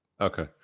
okay